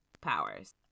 powers